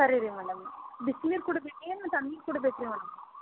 ಸರಿ ರೀ ಮೇಡಮ್ ಬಿಸಿ ನೀರು ಕುಡಿಬೇಕೆನು ತಣ್ಣೀರು ಕುಡಿಬೇಕಾ ರೀ ಮೇಡಮ್